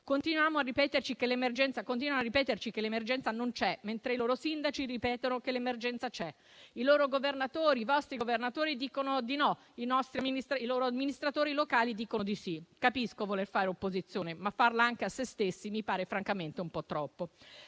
Continuano a ripeterci che l'emergenza non c'è, mentre i loro sindaci ripetono che l'emergenza c'è; i loro governatori dicono di no. I loro amministratori locali dicono di sì. Capisco voler fare opposizione, ma farla anche a se stessi mi pare francamente un po' troppo.